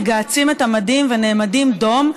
מגהצים את המדים ונעמדים דום.